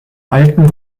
alten